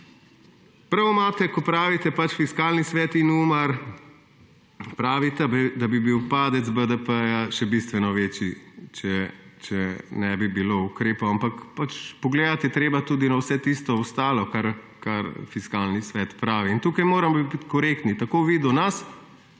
Prav imate, ko pravite, da Fiskalni svet in Umar pravita, da bi bil padec BDP še bistveno večji, če ne bi bilo ukrepov. Ampak pogledati je treba tudi na vse ostalo, kar Fiskalni svet pravi. Tukaj moramo biti korektni, tako vi do nas